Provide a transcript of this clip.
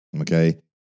okay